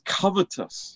covetous